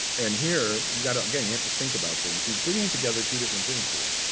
and here, you got, again, you have to think about things. he's bringing together two different things here.